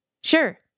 Sure